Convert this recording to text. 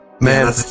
man